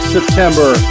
September